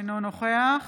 אינו נוכח